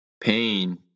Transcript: Pain